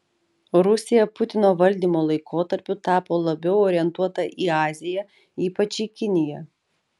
rusija putino valdymo laikotarpiu tapo labiau orientuota į aziją ypač į kiniją